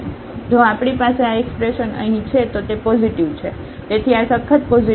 તેથી જો આપણી પાસે આ એક્સપ્રેશન અહીં છે તો તે પોઝિટિવ છે તેથી આ સખત પોઝિટિવ છે